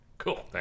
Cool